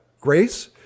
Grace